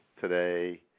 today